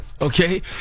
okay